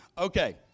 Okay